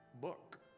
book